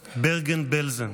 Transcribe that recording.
ברגן-בלזן.